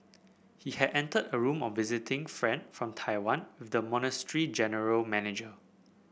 he had entered a room of a visiting friend from Taiwan with the monastery general manager